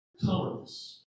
colorless